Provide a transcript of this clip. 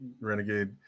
renegade